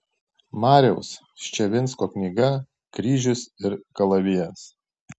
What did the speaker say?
mariaus ščavinsko knyga kryžius ir kalavijas